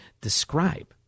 describe